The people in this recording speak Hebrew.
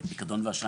בפיקדון ואשראי,